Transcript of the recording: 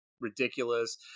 ridiculous